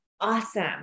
awesome